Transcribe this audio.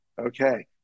Okay